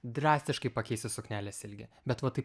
drastiškai pakeisti suknelės ilgį bet va taip